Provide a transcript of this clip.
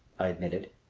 i admitted.